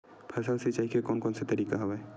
फसल सिंचाई के कोन कोन से तरीका हवय?